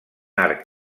arc